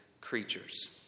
creatures